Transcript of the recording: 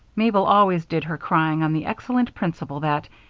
mabel always did her crying on the excellent principle that,